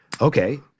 okay